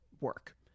work